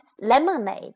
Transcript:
lemonade